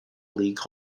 league